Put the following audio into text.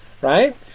Right